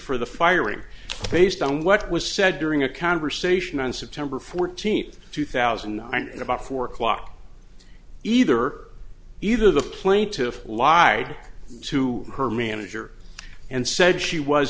for the firing based on what was said during a conversation on september fourteenth two thousand and about four o'clock either either the plaintiff lied to her manager and said she was